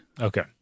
Okay